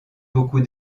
beaucoup